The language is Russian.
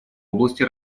области